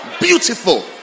Beautiful